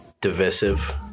divisive